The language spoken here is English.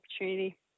opportunity